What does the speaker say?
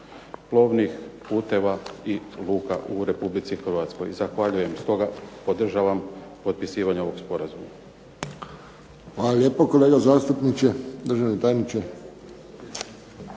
plovnih puteva i luka u Republici Hrvatskoj. Zahvaljujem. Stoga podržavam potpisivanje ovog sporazuma. **Friščić, Josip (HSS)** Hvala lijepo, kolega zastupniče. Državni tajniče.